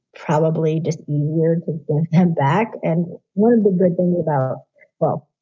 probably just words and back and one of the great things about. well,